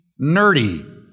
nerdy